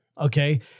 okay